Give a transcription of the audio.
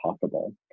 possible